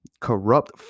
corrupt